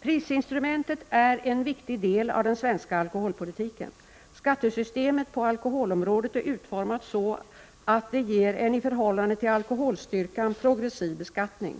Prisinstrumentet är en viktig del av den svenska alkoholpolitiken. Skattesystemet på alkoholområdet är utformat så att det ger en i förhållande till alkoholstyrkan progressiv beskattning.